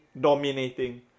Dominating